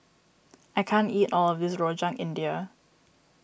I can't eat all of this Rojak India